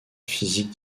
physique